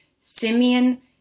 Simeon